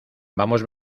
vamos